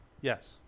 yes